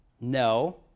No